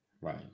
right